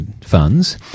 funds